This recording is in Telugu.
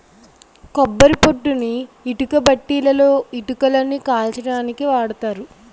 కొబ్బరి పొట్టుని ఇటుకబట్టీలలో ఇటుకలని కాల్చడానికి వాడతారు